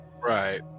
Right